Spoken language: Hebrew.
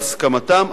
בהסכמתם,